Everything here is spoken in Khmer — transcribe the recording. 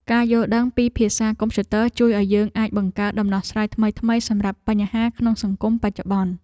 ការយល់ដឹងពីភាសាកុំព្យូទ័រជួយឱ្យយើងអាចបង្កើតដំណោះស្រាយថ្មីៗសម្រាប់បញ្ហាក្នុងសង្គមបច្ចុប្បន្ន។